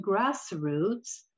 grassroots